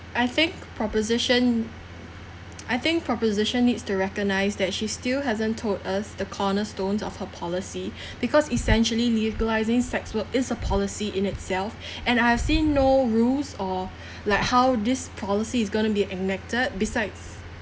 I think proposition I think proposition needs to recognise that she still hasn't told us the cornerstones of her policy because essentially legalising sex work is a policy in itself and i've seen no rules or like how this policy is gonna be enacted besides